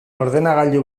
ordenagailu